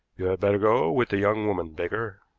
you had better go with the young woman, baker.